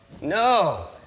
No